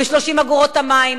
ב-30 אגורות את המים,